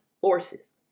forces